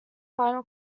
final